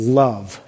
love